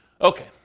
Okay